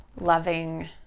loving